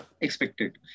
expected